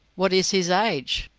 what is his age?